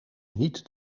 niet